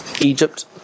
Egypt